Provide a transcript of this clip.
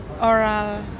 oral